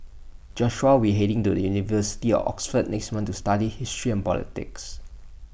Joshua will heading to the university of Oxford next month to study history and politics